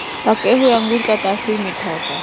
पके हुए अंगूर का तासीर मीठा होता है